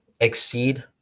exceed